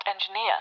engineer